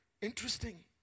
Interesting